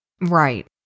Right